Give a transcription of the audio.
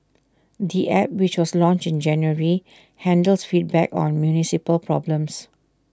the app which was launched in January handles feedback on municipal problems